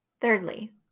Thirdly